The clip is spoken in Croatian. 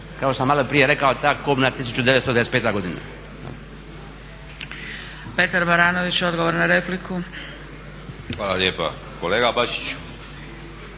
što sam maloprije rekao, ta kobna 1995. godina.